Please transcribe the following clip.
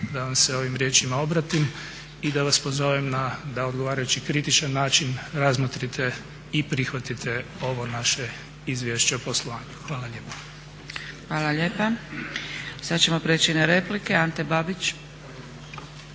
da vam se ovim riječima obratim i da vas pozovem da na odgovarajući kritičan način razmotrite i prihvatite ovo naše Izvješće o poslovanju. Hvala lijepa. **Zgrebec, Dragica (SDP)** Hvala lijepa. Sad ćemo prijeći na replike, Ante Babić.